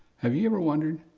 have you ever wondered?